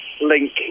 link